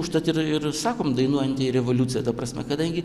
užtat ir ir sakom dainuojanti revoliucija ta prasme kadangi